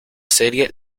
serie